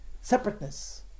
separateness